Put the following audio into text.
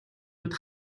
үед